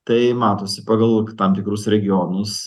tai matosi pagal tam tikrus regionus